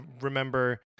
remember